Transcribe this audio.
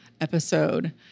episode